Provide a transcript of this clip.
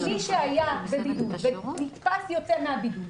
מי שהיה בבידוד ונתפס יוצא מן הבידוד,